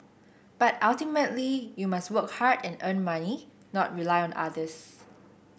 but ultimately you must work hard and earn money not rely on others